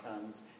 comes